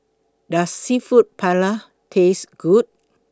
Does Seafood Paella Taste Good